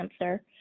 cancer